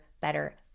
better